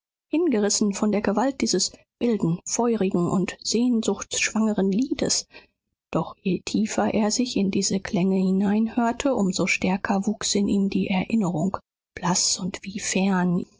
hingerissen von der gewalt dieses wilden feurigen und sehnsuchtsschwangeren liedes doch je tiefer er sich in diese klänge hineinhörte um so stärker wuchs in ihm die erinnerung blaß und wie fern